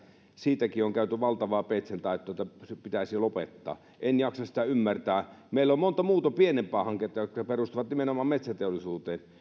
siitäkin on käyty valtavaa peitsentaittoa että se pitäisi lopettaa en jaksa sitä ymmärtää ja meillä on monta muuta pienempää hanketta jotka perustuvat nimenomaan metsäteollisuuteen